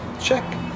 Check